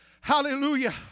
hallelujah